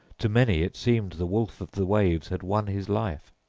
to many it seemed the wolf-of-the-waves had won his life.